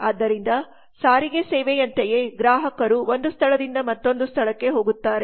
ಆದ್ದರಿಂದ ಸಾರಿಗೆ ಸೇವೆಯಂತೆಯೇ ಗ್ರಾಹಕರು ಒಂದು ಸ್ಥಳದಿಂದ ಮತ್ತೊಂದು ಸ್ಥಳಕ್ಕೆ ಹೋಗುತ್ತಾರೆ